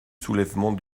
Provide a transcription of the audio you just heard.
soulèvement